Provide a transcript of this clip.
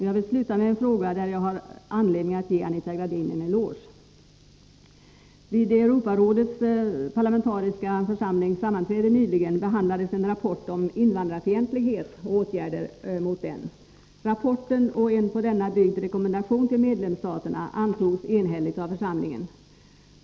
Jag vill sluta med en fråga där jag har anledning att ge Anita Gradin en eloge. Vid Europarådets parlamentariska församlings sammanträde nyligen behandlades en rapport om invandrarfientlighet och åtgärder mot den. Rapporten och en på denna byggd rekommendation till medlemsstaterna antogs enhälligt av församlingen.